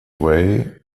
away